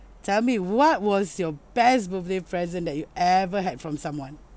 tell me what was your best birthday present that you ever had from someone